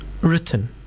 written